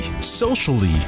socially